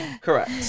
Correct